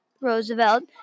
Roosevelt